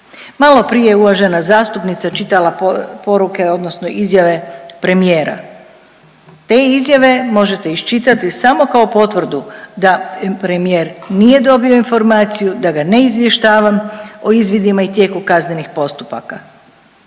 Malo prije je uvažena zastupnica čitala poruke odnosno izjave premijera. Te izjave možete iščitati samo kao potvrdu da premijer nije dobio informaciju, da ga ne izvještavam o izvidima i tijeku kaznenih postupaka.